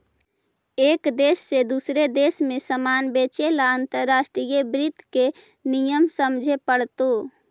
एक देश से दूसरे देश में सामान बेचे ला अंतर्राष्ट्रीय वित्त के नियम समझे पड़तो